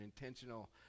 intentional